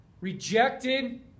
rejected